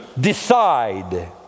decide